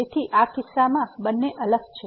તેથી આ કિસ્સામાં બંને અલગ છે